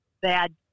bad